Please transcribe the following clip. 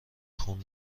خون